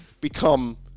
become